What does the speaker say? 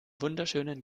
wunderschönen